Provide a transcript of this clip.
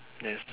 yes